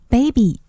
Baby